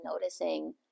noticing